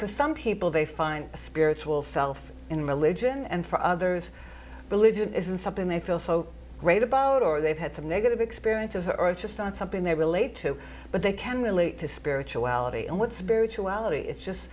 for some people they find a spiritual self in religion and for others religion isn't something they feel so great about or they've had some negative experiences or it's just not something they relate to but they can relate to spirituality and with spirituality it's just